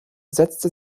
setzte